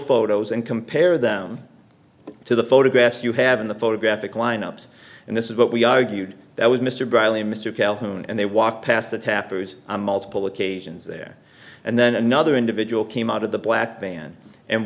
photos and compare them to the photographs you have in the photographic lineups and this is what we argued that was mr bradley mr calhoun and they walked past the tapper's on multiple occasions there and then another individual came out of the black van and